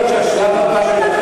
יכול להיות שהשלב הבא שלכם,